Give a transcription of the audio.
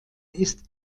ist